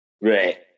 right